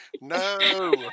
No